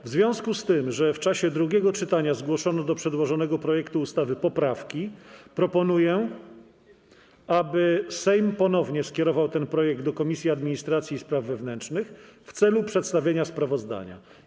W związku z tym, że w czasie drugiego czytania zgłoszono do przedłożonego projektu ustawy poprawki, proponuję, aby Sejm ponownie skierował ten projekt do Komisji Administracji i Spraw Wewnętrznych w celu przedstawienia sprawozdania.